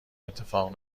اتفاق